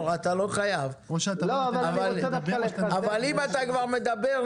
אבל אם אתה כבר מדבר,